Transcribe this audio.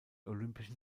olympischen